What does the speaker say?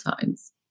times